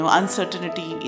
uncertainty